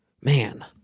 man